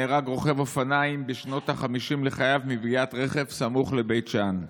נהרג רוכב אופניים בשנות החמישים לחייו מפגיעת רכב סמוך לבית שאן,